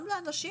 גם לאנשים,